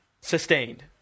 sustained